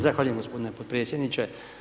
Zahvaljujem gospodine podpredsjedniče.